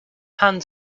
hand